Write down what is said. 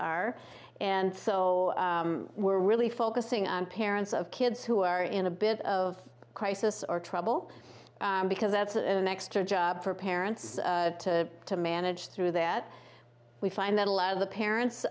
are and so we're really focusing on parents of kids who are in a bit of crisis or trouble because that's an extra job for parents to manage through that we find that a lot of the parents